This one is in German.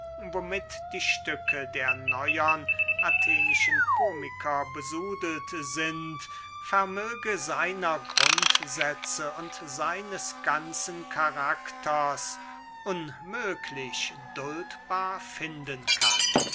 womit die stücke der neuern athenischen komiker besudelt sind vermöge seiner grundsätze und seines ganzen karakters unmöglich duldbar finden kann